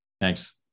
Thanks